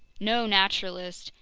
no naturalist,